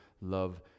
love